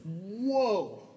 Whoa